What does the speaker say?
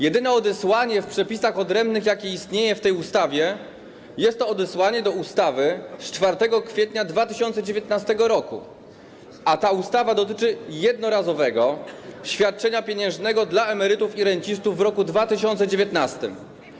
Jedyne odesłanie w przepisach odrębnych, jakie istnieje w tej ustawie, jest to odesłanie do ustawy z 4 kwietnia 2019 r., a ta ustawa dotyczy jednorazowego świadczenia pieniężnego dla emerytów i rencistów w roku 2019.